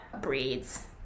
breeds